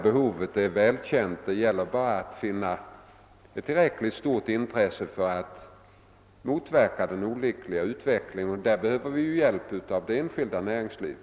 Det gäller bara att väcka ett tillräckligt stort intresse för att motverka den olyckliga utveckling som äger rum, och för detta ändamål behöver vi hjälp av det enskilda näringslivet.